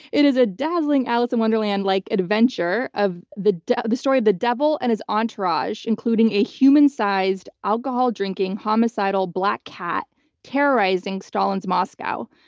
it is a dazzling alice in wonderland-like adventure of the the story of the devil and his entourage, including a human-sized, alcohol-drinking, homicidal black cat terrorizing stalin's moscow.